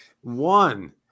One